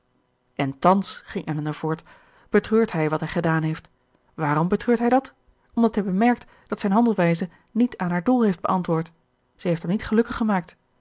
en thans ging elinor voort betreurt hij wat hij gedaan heeft waarom betreurt hij dat omdat hij bemerkt dat zijne handelwijze niet aan haar doel heeft beantwoord zij heeft hem niet gelukkig gemaakt